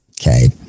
Okay